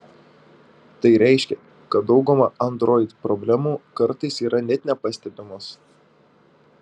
tai reiškia kad dauguma android problemų kartais yra net nepastebimos